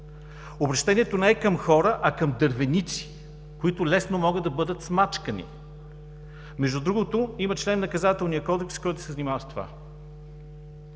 Обръщението не е към хора, а към дървеници, които лесно могат да бъдат „смачкани“. Между другото има член в Наказателния кодекс, който се занимава с това.